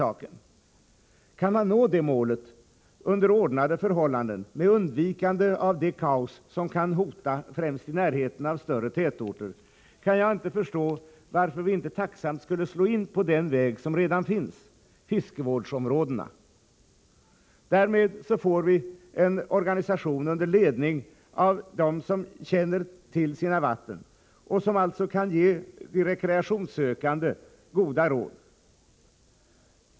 Om man kan nå det målet under ordnade förhållanden med undvikande av det kaos som kan hota främst i närheten av större tätorter, kan jaginte förstå varför vi inte tacksamt skulle slå in på den väg som redan finns, fiskevårdsområdena. Därmed får vi en organisation under ledning av dem som känner till sina vatten och som alltså kan ge de rekreationssökande goda råd.